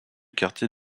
quartier